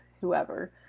whoever